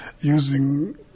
using